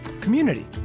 community